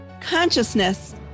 consciousness